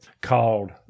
called